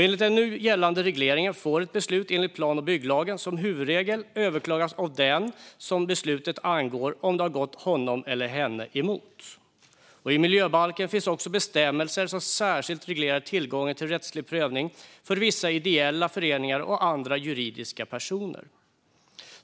Enligt den nu gällande regleringen får ett beslut enligt plan och bygglagen som huvudregel överklagas av den som beslutet angår om det har gått honom eller henne emot. I miljöbalken finns också bestämmelser som särskilt reglerar tillgången till rättslig prövning för vissa ideella föreningar och andra juridiska personer.